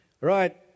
Right